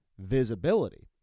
visibility